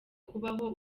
kubaho